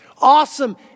awesome